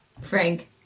Frank